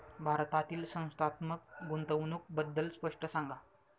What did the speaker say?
भारतातील संस्थात्मक गुंतवणूक बद्दल स्पष्ट सांगा